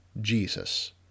Jesus